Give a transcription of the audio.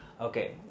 Okay